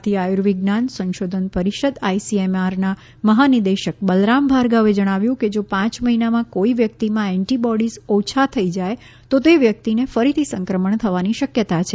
ભારતીય આયુવિજ્ઞાન સંશોધન પરિષદ આઇસીએમઆરના મહાનિદેશક બલરામ ભાર્ગવે જણાવ્યું કે જો પાંચ મહિનામાં કોઇ વ્યક્તિમાં એન્ડીબોડીઝ ઓછા થઇ જાય તો તે વ્યક્તિને ફરીથી સંક્રમણ થવાની શકયતા છે